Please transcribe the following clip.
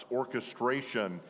orchestration